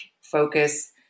focus